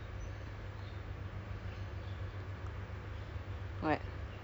right now I'm playing this game I not sure if you heard of it before or not uh genshin impact